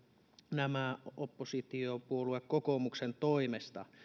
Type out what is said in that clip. nämä oppositiopuolue kokoomuksen toimesta